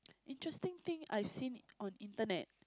interesting thing I've seen on internet